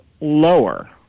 lower